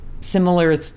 similar